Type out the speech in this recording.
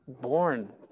born